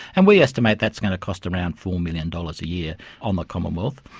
and we estimate that's going to cost around four million dollars a year on the commonwealth.